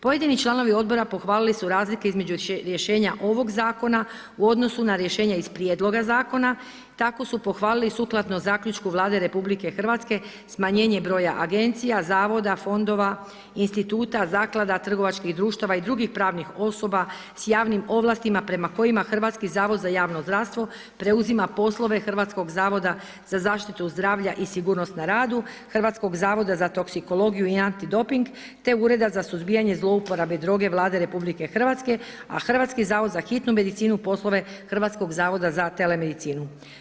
Pojedini članovi odbora pohvalili su razlike između rješenja ovog zakona u odnosu na rješenja iz prijedloga zakona i tako su pohvalili sukladno zaključku Vlade RH smanjenje broja agencija, zavoda, fondova, instituta, zaklada, trgovačkih društava i drugih pravnih osoba sa javnim ovlastima prema kojima Hrvatski zavod za javno zdravstvo preuzima poslove Hrvatskog zavoda za zaštitu zdravlja i sigurnost na radu, Hrvatskog zavoda za toksikologiju i antidoping te Ureda za suzbijanje zlouporabe droge Vlade RH a Hrvatski zavod za hitnu medicinu poslove Hrvatskog zavoda za telemedicinu.